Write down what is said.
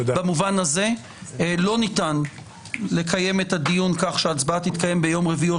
לא ניתן לקיים את הדיון כך שההצבעה תתקיים ביום רביעי או